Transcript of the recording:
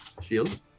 Shield